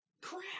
Crap